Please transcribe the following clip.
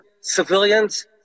civilians